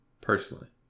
personally